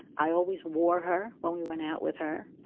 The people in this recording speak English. i always wore her when we went out with her,